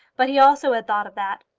but he also had thought of that.